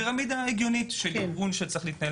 פירמידה הגיונית של ארגון שצריך להתנהל